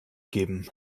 geben